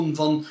van